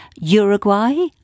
Uruguay